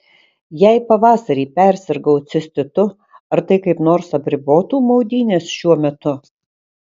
jei pavasarį persirgau cistitu ar tai kaip nors apribotų maudynes šiuo metu